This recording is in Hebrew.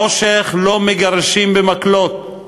חושך לא מגרשים במקלות,